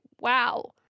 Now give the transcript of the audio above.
wow